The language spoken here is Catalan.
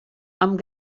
amb